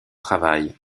travail